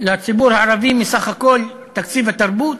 לציבור הערבי מסך כל תקציב התרבות,